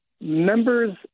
members